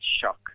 shock